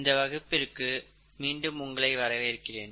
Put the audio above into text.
இந்த வகுப்பிற்கு மீண்டும் உங்களை வரவேற்கிறேன்